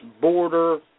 border